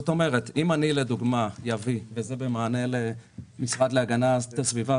במענה למשרד להגנת הסביבה,